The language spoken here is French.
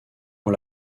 ont